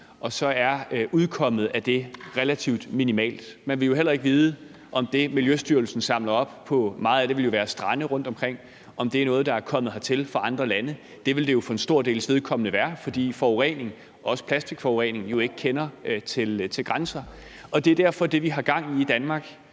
og hvor udkommet af det så er relativt minimalt. Man kan jo heller ikke vide, om det, som Miljøstyrelsen samler op på strandene rundtomkring, er noget, der er kommet hertil fra andre lande. Det vil det jo for en stor dels vedkommende være, fordi forureningen, også plastikforureningen, ikke kender til grænser, og det er jo derfor, at det, vi har gang i i Danmark,